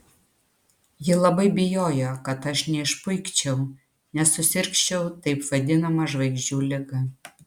ji labai bijojo kad aš neišpuikčiau nesusirgčiau taip vadinama žvaigždžių liga